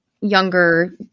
younger